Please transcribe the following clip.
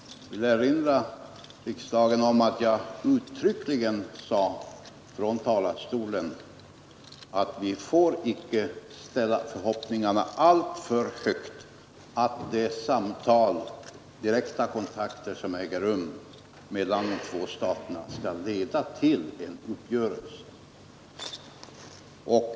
Jag vill erinra om att jag uttryckligen sade att vi icke får ställa alltför stora förhoppningar på att de samtal och de direkta kontakter som äger rum mellan de två staterna skall leda till en uppgörelse.